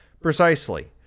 Precisely